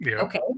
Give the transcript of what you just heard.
Okay